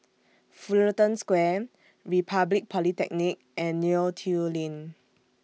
Fullerton Square Republic Polytechnic and Neo Tiew Lane